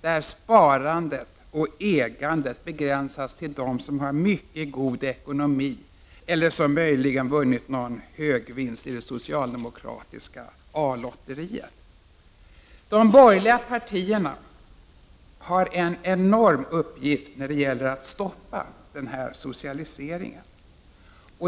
där sparandet och ägandet begränsas till dem som har mycket god ekonomi eller som möjligen har vunnit någon högvinst i det socialdemokratiska A-lotteriet. De borgerliga partierna har en enorm uppgift när det gäller att stoppa denna socialisering.